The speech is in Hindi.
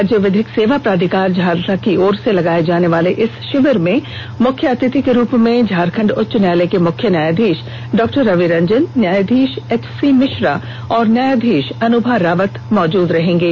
राज्य विधिक सेवा प्राधिकार झालसा की ओर से लगाये जाने वाले इस शिविर में मुख्य अतिथि के रूप में झारखंड उच्च न्यायालय के मुख्य न्यायाधीश डॉक्टर रवि रंजन न्यायाधीश एच सी मिश्रा और न्यायाधीश अनुभा रावत मौजूद रहेंगे